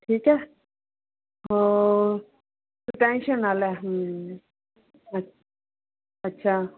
ਠੀਕ ਹੈ ਹੋਰ ਤੂੰ ਟੈਂਸ਼ਨ ਨਾ ਲੈ ਹਮ ਅੱਛ ਅੱਛਾ